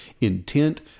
intent